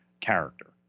character